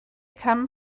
come